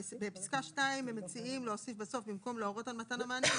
בפסקה (2) הם מציעים במקום "להורות על מתן המענים",